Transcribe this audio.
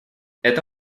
это